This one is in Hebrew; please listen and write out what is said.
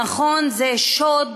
נכון, זה שוד